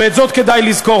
ואת זאת כדאי לזכור,